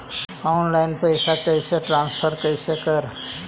Online पैसा कैसे transfer कैसे कर?